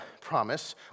promise